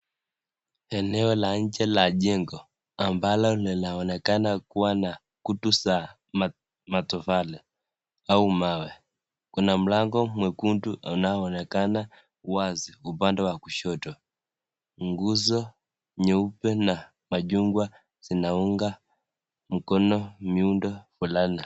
Eneo la njee la nyumba ambalo linaonekana kuwa na kutu za matofale au mawe kuna mlango nyekundu inayoonekana wasi upande wa kushoto nguso nyeupe na machungwa zinaunga mkono miundo fulani .